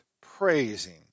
praising